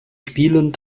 spielen